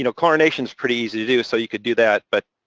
you know chlorination is pretty easy to do, so you could do that. but